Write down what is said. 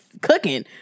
cooking